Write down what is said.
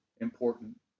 important